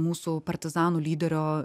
mūsų partizanų lyderio